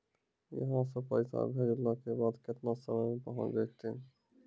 यहां सा पैसा भेजलो के बाद केतना समय मे पहुंच जैतीन?